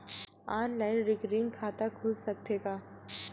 Online recurring खाता खुल सकथे का?